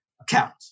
account